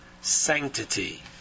sanctity